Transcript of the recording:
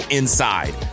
inside